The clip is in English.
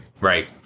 right